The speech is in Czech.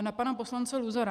Na pana poslance Luzara.